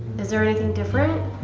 is there anything different?